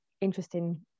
interesting